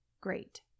great